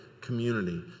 community